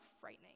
frightening